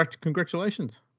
Congratulations